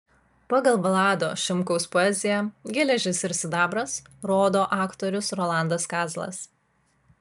pagal vlado šimkaus poeziją geležis ir sidabras rodo aktorius rolandas kazlas